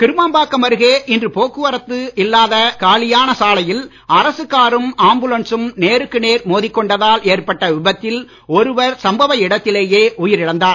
கிருமாம்பாக்கம் அருகே இன்று போக்குவரத்து இல்லாத காலியான சாலையில் அரசுக் காரும் ஆம்புலன்சும் நேருக்கு நேர் மோதிக் கொண்டதால் ஏற்பட்ட விபத்தில் ஒருவர் சம்பவ இடத்திலேயே உயிரிழந்தார்